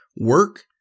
work